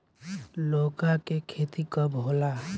लौका के खेती कब होला?